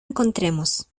encontremos